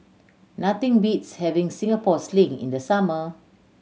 nothing beats having Singapore Sling in the summer